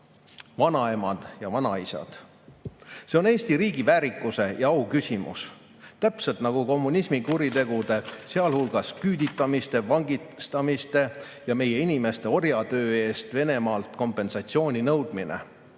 vanaemad ja vanaisad. See on Eesti riigi väärikuse ja au küsimus, täpselt nagu kommunismi kuritegude, sealhulgas küüditamiste, vangistamiste ja meie inimeste orjatöö eest Venemaalt kompensatsiooni nõudmine.